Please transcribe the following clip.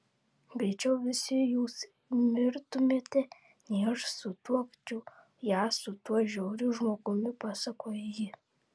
greičiau visi jūs mirtumėte nei aš sutuokčiau ją su tuo žiauriu žmogumi pasakojo ji